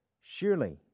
Surely